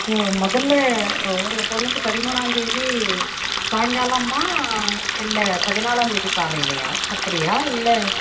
so முதல்ல ஒ உங்கள் பொண்ணுக்கு பதிமூணாந்தேதி சாயங்காலமா இல்லை பதினாலாந்தேதி காலைலேயா அப்படியா இல்லை